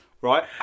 Right